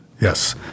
Yes